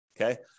Okay